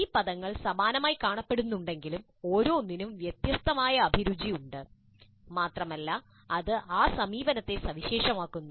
ഈ പദങ്ങൾ സമാനമായി കാണപ്പെടുന്നുണ്ടെങ്കിലും ഓരോന്നിനും വ്യത്യസ്തമായ അഭിരുചി ഉണ്ട് മാത്രമല്ല അത് ആ സമീപനത്തെ സവിശേഷമാക്കുന്നു